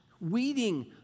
weeding